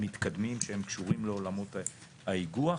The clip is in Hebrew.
מתקדמים שהם קשורים לעולמות האיגוח,